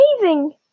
amazing